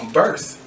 birth